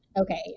Okay